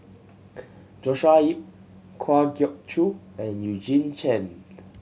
Joshua Ip Kwa Geok Choo and Eugene Chen